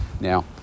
now